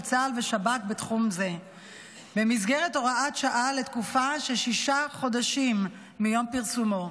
צה"ל ושב"כ בתחום זה במסגרת הוראת שעה לתקופה של שישה חודשים מיום פרסומו.